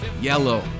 yellow